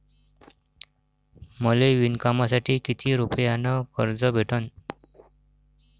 मले विणकामासाठी किती रुपयानं कर्ज भेटन?